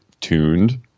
tuned